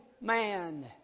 man